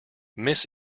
miss